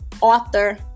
author